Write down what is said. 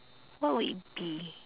what would it be